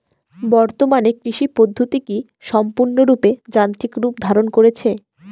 বর্তমানে কৃষি পদ্ধতি কি সম্পূর্ণরূপে যান্ত্রিক রূপ ধারণ করেছে?